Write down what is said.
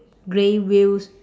grey wheels